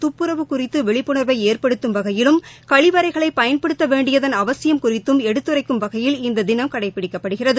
துப்புரவு குறித்துவிழிப்புணர்வைஏற்படுத்தும் வகையிலும் கழிவறைகளைபயன்படுத்தவேண்டியதன் அவசியம் குறித்தும் எடுத்துரைக்கும் வகையில் இந்ததினம் கடைபிடிக்கப்படுகிறது